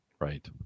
Right